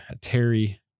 Terry